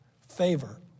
favor